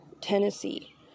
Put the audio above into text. Tennessee